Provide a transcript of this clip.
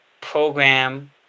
program